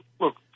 look